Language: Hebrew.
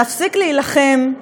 להפסיק להילחם,